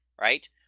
Right